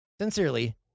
Sincerely